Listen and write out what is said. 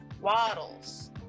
waddles